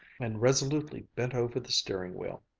and resolutely bent over the steering-wheel.